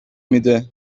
میده